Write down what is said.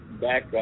back